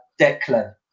Declan